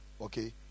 okay